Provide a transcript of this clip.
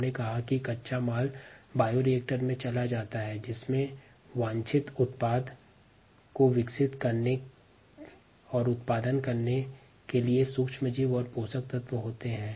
हमने देखा कि हम कच्ची सामग्री को बायोरिएक्टर में डालते है जिसमें पहले से ही वांछित उत्पाद का उत्पादन करने के लिए सूक्ष्मजीव और पोषक तत्व होते हैं